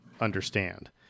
understand